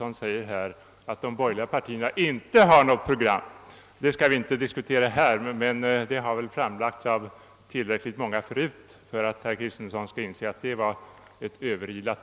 han säger att de borgerliga partierna inte har något program. Programmen kan vi inte diskutera nu, men det har väl framförts av tillräckligt många förut för att herr Kristenson skall inse att hans ord var överilade.